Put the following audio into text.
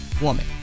woman